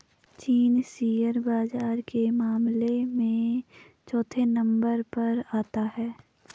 चीन शेयर बाजार के मामले में चौथे नम्बर पर आता है